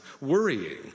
worrying